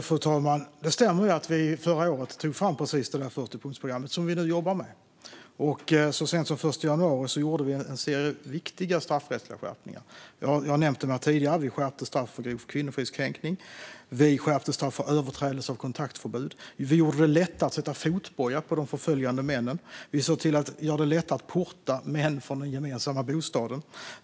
Fru talman! Det stämmer att vi förra året tog fram 40-punktsprogrammet, som vi nu jobbar med. Så sent som den 1 januari gjorde vi en serie viktiga straffrättsliga skärpningar. Jag har nämnt dem tidigare. Vi skärpte straffet för grov kvinnofridskränkning. Vi skärpte straffet för överträdelse av kontaktförbud. Vi gjorde det lättare att sätta fotboja på de förföljande männen. Vi såg till att göra det lättare att porta män från den gemensamma bostaden.